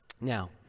Now